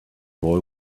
boy